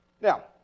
Now